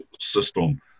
system